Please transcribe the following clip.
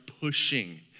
pushing